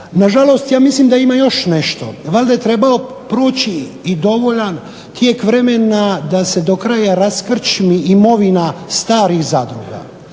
Nažalost, ja mislim da ima još nešto. Valjda je trebalo proći i dovoljan tijek vremena da se do kraja raskrčmi imovina starih zadruga.